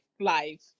life